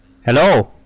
Hello